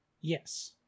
Yes